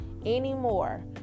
anymore